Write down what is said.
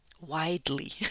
widely